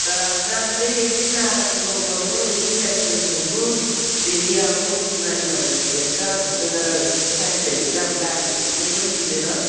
तर काम चाहिँ एकदिन नागा नगर्नु एकदिन एब्सेन्ट नहुनु डेल्ली आउनु बिमारी भयो भने हेर्छ भन्छ तर साहेबहरूले चाहिँ अब गाडीहरू केही पनि दिँदैन